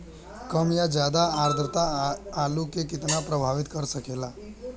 कम या ज्यादा आद्रता आलू के कितना प्रभावित कर सकेला?